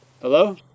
Hello